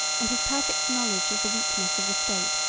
and his perfect knowledge of the weakness of the state,